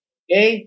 okay